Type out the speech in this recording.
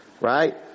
Right